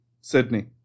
sydney